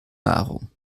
nahrung